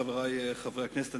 חברי חברי הכנסת,